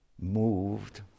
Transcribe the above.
moved